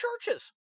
churches